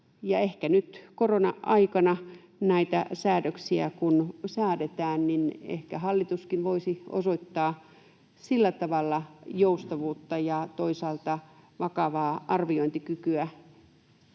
Nyt korona-aikana, näitä säädöksiä kun säädetään, ehkä hallituskin voisi osoittaa sillä tavalla joustavuutta ja toisaalta vakavaa arviointikykyä,